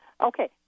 Okay